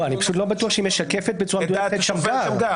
אני לא בטוח שהיא משקפת בצורה טובה את השקפת שמגר.